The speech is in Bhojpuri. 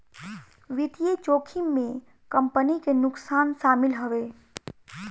वित्तीय जोखिम में कंपनी के नुकसान शामिल हवे